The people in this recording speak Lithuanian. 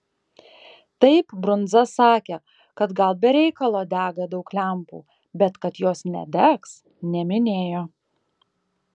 taip brundza sakė kad gal be reikalo dega daug lempų bet kad jos nedegs neminėjo